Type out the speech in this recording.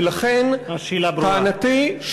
ולכן טענתי היא,